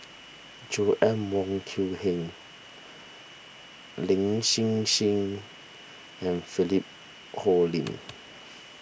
Joanna Wong Quee Heng Lin Hsin Hsin and Philip Hoalim